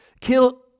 Kill